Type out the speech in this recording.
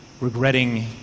regretting